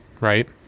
right